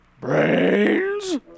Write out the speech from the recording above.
Brains